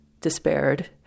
despaired